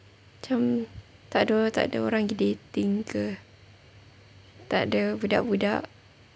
macam takde takde orang pergi dating ke takde budak-budak